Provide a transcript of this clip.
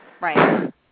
Right